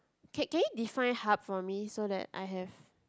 can can you define hub for me so that I have